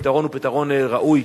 והפתרון הוא פתרון ראוי.